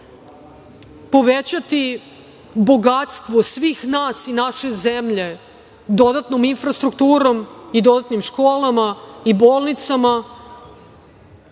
povećati bogatstvo svih nas i naše zemlje dodatno infrastrukturom i dodatnim školama i bolnicima